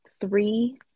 three